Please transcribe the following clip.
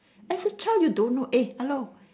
as a child you don't know eh hello